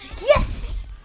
Yes